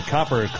Copper